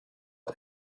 att